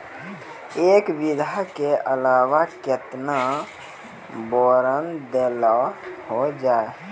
एक बीघा के अलावा केतना बोरान देलो हो जाए?